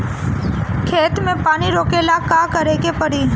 खेत मे पानी रोकेला का करे के परी?